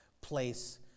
place